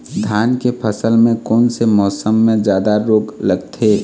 धान के फसल मे कोन से मौसम मे जादा रोग लगथे?